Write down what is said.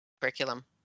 curriculum